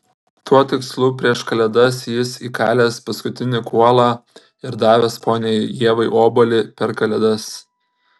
tuo tikslu prieš kalėdas jis įkalęs paskutinį kuolą ir davęs poniai ievai obuolį per kalėdas